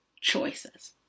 choices